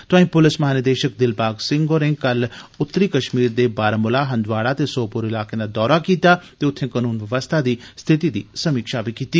तोआई पुलस महानिदेश दिलबाग सिंह होरें कल उतरी कश्मीर दे बारामुला हंदवाड़ा ते सोपोर इलाकें दा दौरा कीता ते उत्थे कनून व्यवस्था दी स्थिति दी समीक्षा कीती